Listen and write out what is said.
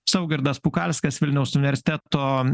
saugardas pukalskas vilniaus universiteto